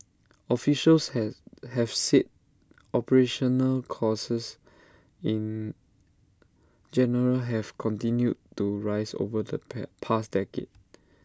officials has have said operational costs in general have continued to rise over the pa past decade